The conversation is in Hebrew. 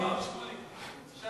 יישר כוח, שמולי.